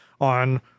on